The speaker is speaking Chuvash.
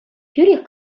тӳрех